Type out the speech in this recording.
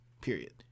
Period